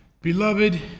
Beloved